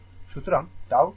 সুতরাং tau CRThevenin